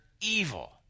evil